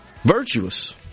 Virtuous